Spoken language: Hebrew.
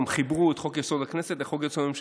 גם חיברו את חוק-יסוד: הכנסת לחוק-יסוד: הממשלה.